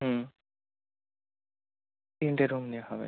হুম তিনটে রুম নেওয়া হবে